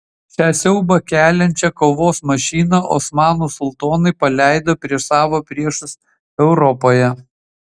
šią siaubą keliančią kovos mašiną osmanų sultonai paleido prieš savo priešus europoje